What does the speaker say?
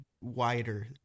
wider